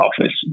office